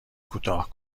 کوتاه